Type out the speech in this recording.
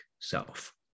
self